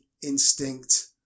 instinct